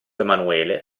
emanuele